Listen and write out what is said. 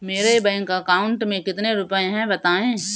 मेरे bank account में कितने रुपए हैं बताएँ?